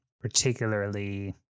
particularly